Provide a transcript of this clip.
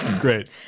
Great